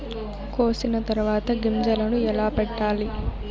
కోసిన తర్వాత గింజలను ఎలా పెట్టాలి